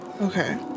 Okay